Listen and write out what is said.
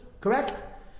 correct